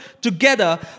together